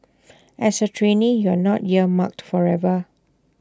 as A trainee you are not earmarked forever